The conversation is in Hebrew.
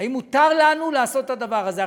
האם מותר לנו לעשות את הדבר הזה?